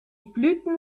blüten